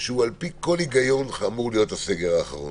שעל פי כל היגיון אמור להיות הסגר האחרון.